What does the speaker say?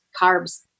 carbs